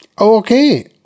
Okay